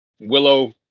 Willow